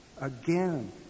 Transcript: Again